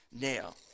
Now